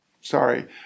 sorry